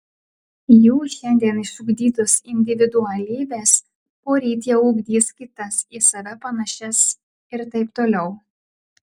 jų šiandien išugdytos individualybės poryt jau ugdys kitas į save panašias ir taip toliau